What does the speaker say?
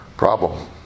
problem